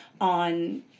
on